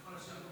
נכון.